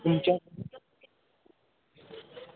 ओह्दे चा